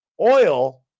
Oil